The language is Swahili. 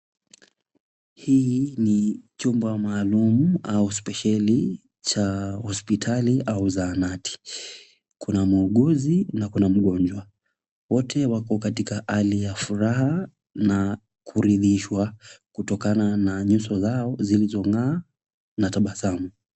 Hii ni chumba maalum au spesheli cha hospitali au zahanati. Kuna muuguzi na kuna mgonjwa wote wako katika hali ya furaha na kuridhishwa kutokana na nyuso zao zilizong'aa na tabasamu.